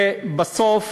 ובסוף,